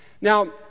Now